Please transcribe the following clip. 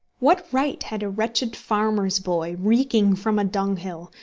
what right had a wretched farmer's boy, reeking from a dunghill,